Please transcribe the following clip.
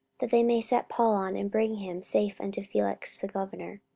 that they may set paul on, and bring him safe unto felix the governor.